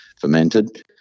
fermented